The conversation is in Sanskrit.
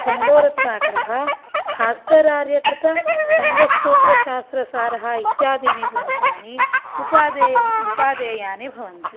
छन्दोरत्नाकरः भास्करार्यकृतछन्दस्सूत्रशास्त्रसारः इत्यादीनि ग्रन्थानि उपादेया उपादेयानि भवन्ति